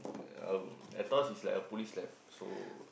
um Aetos is like a police life so